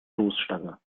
stoßstange